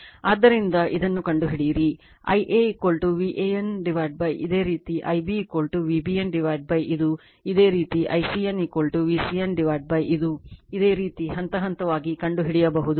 ಆದ್ದರಿಂದ ಇದನ್ನು ಕಂಡುಹಿಡಿಯಿರಿ Ia VAN ಇದು ಅದೇ ರೀತಿ Ib VBN ಇದು ಅದೇ ರೀತಿ Ic n VCN ಗೆ ಇದು ಇದೇ ರೀತಿ ಹಂತ ಹಂತವಾಗಿ ಕಂಡುಹಿಡಿಯಬಹುದು